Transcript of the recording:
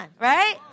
right